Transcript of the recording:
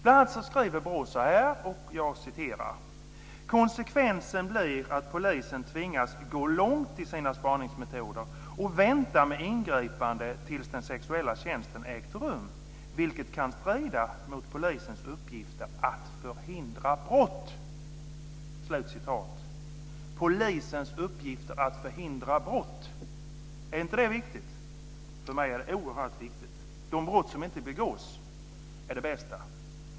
BRÅ skriver bl.a. så här: "Konsekvensen blir att polisen tvingas gå långt i sina spaningsmetoder och vänta med ingripande tills den sexuella tjänsten ägt rum, vilket kan strida mot polisens uppgifter att förhindra brott." Är inte detta med "polisens uppgifter att förhindra brott" viktigt? För mig är det oerhört viktigt. De brott som inte begås är de bästa.